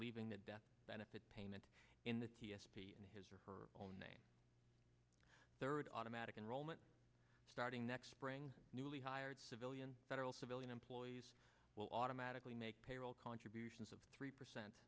leaving that death benefit payment in the t s p in his or her own name third automatic enrollment starting next spring newly hired civilian federal civilian employees will automatically make payroll contributions of three percent